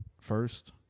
first